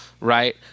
right